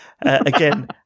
Again